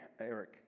Eric